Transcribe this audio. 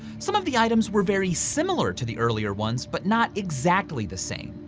some of the items were very similar to the earlier ones, but not exactly the same.